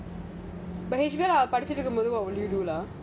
law படிச்சிட்டு இருக்கும்போது:padichitu irukubothu what will you do lah